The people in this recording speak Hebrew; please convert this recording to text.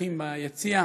אורחים ביציע,